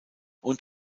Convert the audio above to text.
und